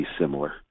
similar